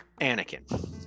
Anakin